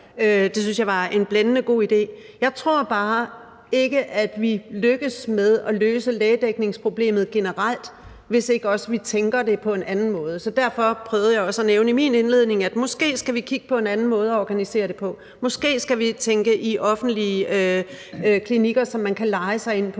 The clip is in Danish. Det synes jeg var en blændende god idé. Jeg tror bare ikke, at vi lykkes med at løse lægedækningsproblemet generelt, hvis ikke vi også tænker det på en anden måde. Så derfor prøvede jeg også at nævne i min indledning, at vi måske skal kigge på en anden måde at organisere det på. Måske skal vi tænke i offentlige klinikker, som man kan leje sig ind på,